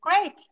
Great